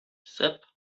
sep